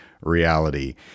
reality